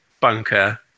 bunker